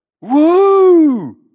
woo